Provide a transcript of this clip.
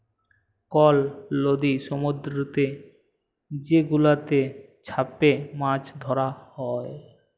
call লদি সমুদ্দুরেতে যে গুলাতে চ্যাপে মাছ ধ্যরা হ্যয়